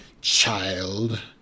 child